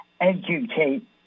educate